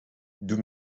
doe